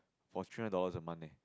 for three hundred dollars a month eh